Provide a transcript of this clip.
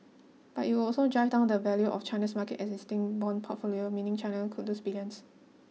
but it would also drive down the value of China's market existing bond portfolio meaning China could lose billions